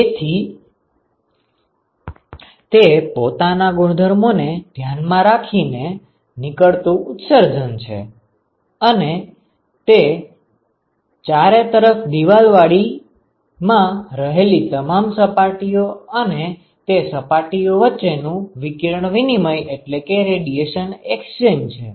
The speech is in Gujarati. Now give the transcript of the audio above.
તેથી તે પોતાના ગુણધર્મો ને ધ્યાન માં રાખી ને નીકળતું ઉત્સર્જન છે અને તે ચારે તરફ દીવાલવાળી માં રહેલી તમામ સપાટીઓ અને તે સપાટીઓ વચ્ચેનું વિકિરણ વિનિમય છે